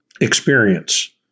experience